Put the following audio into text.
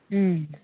उम